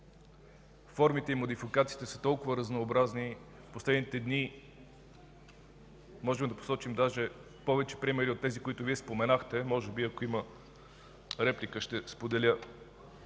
Формите и модификациите са толкова разнообразни. В последните дни можем да посочим даже повече примери от тези, които Вие споменахте. Може би ако има реплика, ще споделим